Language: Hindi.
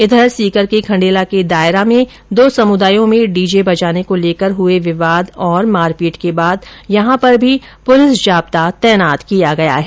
इधर सीकर के खंडेला के दायरा में दो समुदायों में डीजे बजाने को लेकर हुए विवाद और मारपीट के बाद यहां पर भी पुलिस जाब्ता तैनात किया गया है